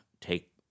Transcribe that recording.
take